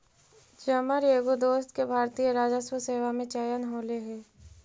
जमर एगो दोस्त के भारतीय राजस्व सेवा में चयन होले हे